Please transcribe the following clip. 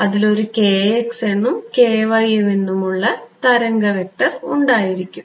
അതിലൊരു എന്നും എന്നും ഉള്ള ഒരു തരംഗ വെക്ടർ ഉണ്ടായിരിക്കും